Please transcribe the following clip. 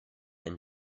and